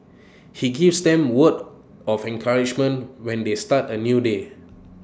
he gives them words of encouragement when they start A new day